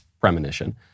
premonition